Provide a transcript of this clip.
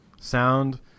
sound